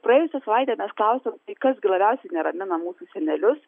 praėjusią savaitę mes klausėm kas gi labiausiai neramina mūsų senelius